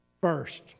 first